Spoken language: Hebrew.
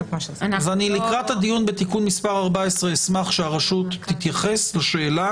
לקראת הדיון בתיקון מספר 14 אשמח שהרשות תתייחס לשאלה